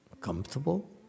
comfortable